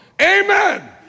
amen